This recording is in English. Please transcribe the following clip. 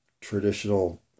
traditional